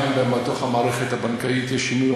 גם בתוך המערכת הבנקאית יש שינוי,